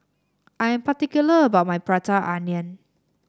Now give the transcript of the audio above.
I am particular about my Prata Onion